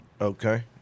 Okay